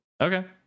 Okay